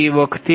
તે વખતે